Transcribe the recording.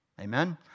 Amen